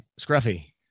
Scruffy